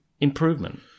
improvement